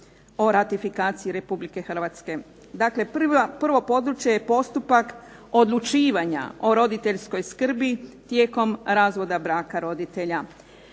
o ratifikaciji Republike Hrvatske. Dakle, prvo područje je postupak odlučivanja o roditeljskoj skrbi tijekom razvoda braka roditelja.